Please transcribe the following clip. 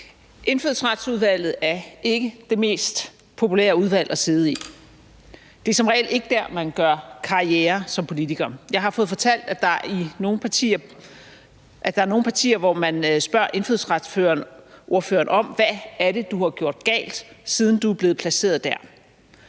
Indfødsretsudvalget er ikke det mest populære udvalg at sidde i. Det er som regel ikke der, man gør karriere som politiker. Jeg har fået fortalt, at der er nogle partier, hvor man spørger indfødsretsordføreren: Hvad er det, du har gjort galt, siden du er blevet placeret der?